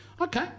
Okay